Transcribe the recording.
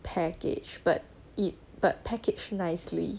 package but it but packaged nicely